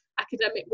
academic